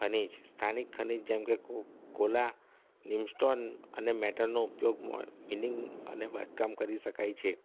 ખનીજ સ્થાનિક ખનીજ જેમકે કોલા નયુમસ્ટોન અને મેટલનો ઉપયોગ માઇનિંગ અને બાંધકામ કરી શકાય છે